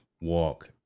walk